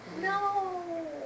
No